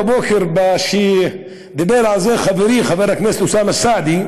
בבוקר דיבר על זה חברי חבר הכנסת אוסאמה סעדי,